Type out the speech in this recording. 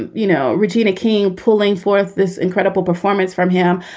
and you know, regina king pulling for this incredible performance from him.